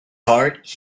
heart